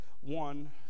one